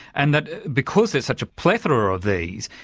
and that because there's such a plethora of these,